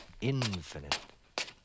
infinite